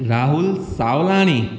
Rahul Savlani